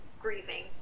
grieving